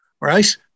right